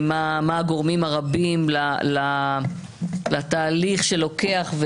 מה הגורמים הרבים לתהליך שלוקח,